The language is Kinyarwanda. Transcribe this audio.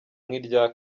n’irya